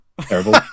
terrible